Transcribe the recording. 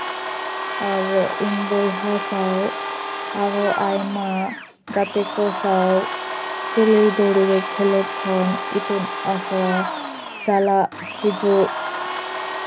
ᱟᱨ ᱤᱧ ᱵᱚᱭᱦᱟ ᱥᱟᱶ ᱟᱨᱚ ᱟᱭᱢᱟ ᱜᱟᱛᱮ ᱠᱚ ᱥᱟᱶ ᱠᱩᱞᱦᱤ ᱫᱷᱩᱲᱤ ᱨᱮ ᱠᱷᱮᱸᱞᱳᱰ ᱠᱷᱚᱱ ᱤᱛᱩᱱ ᱟᱥᱲᱟ ᱪᱟᱞᱟᱜ ᱦᱤᱡᱩᱜ